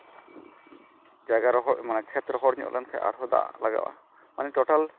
ᱡᱟᱭᱜᱟ ᱨᱚᱦᱚᱲ ᱢᱟᱱᱮ ᱠᱷᱮᱛ ᱨᱚᱦᱚᱲ ᱧᱚᱜ ᱞᱮᱠᱱᱷᱟᱡ ᱢᱟᱱᱮ ᱫᱟᱜ ᱞᱟᱜᱟᱣᱚᱜᱼᱟ ᱚᱱᱮ ᱴᱳᱴᱟᱞ